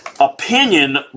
opinion